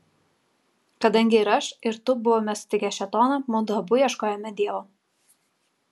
kadangi ir aš ir tu buvome sutikę šėtoną mudu abu ieškojome dievo